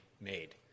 made